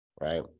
right